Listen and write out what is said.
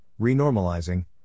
renormalizing